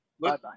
Bye-bye